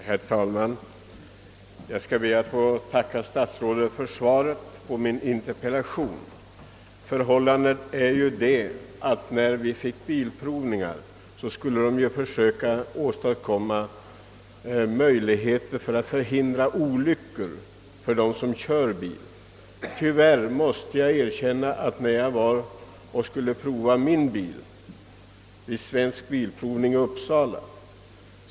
Herr talman! Jag ber att få tacka statsrådet för svaret på min fråga. Bilprovningarna infördes ju för att söka åstadkomma möjligheter att förhindra olyckor för dem som kör bil. För en tid sedan skulle jag låta prova min bil hos Svensk bilprovning i Uppsala.